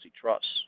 trusts